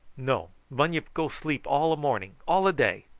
no. bunyip go sleep all a morning all a day!